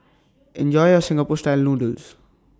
Enjoy your Singapore Style Noodles